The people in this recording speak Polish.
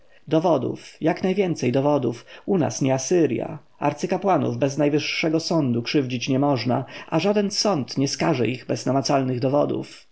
dowodów jak najwięcej dowodów u nas nie asyrja arcykapłanów bez najwyższego sądu krzywdzić nie można a żaden sąd nie skaże ich bez namacalnych dowodów